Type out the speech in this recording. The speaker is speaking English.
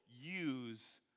use